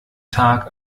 tag